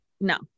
no